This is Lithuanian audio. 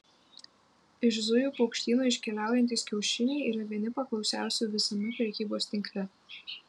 iš zujų paukštyno iškeliaujantys kiaušiniai yra vieni paklausiausių visame prekybos tinkle